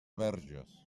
verges